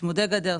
צמודי-גדר,